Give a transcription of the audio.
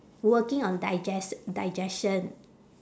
working on digest~ digestion